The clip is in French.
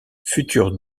futur